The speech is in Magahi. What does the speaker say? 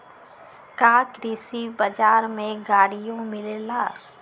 का कृषि बजार में गड़ियो मिलेला?